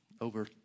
over